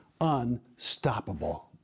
unstoppable